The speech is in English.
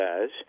says